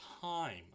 time